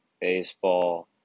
baseball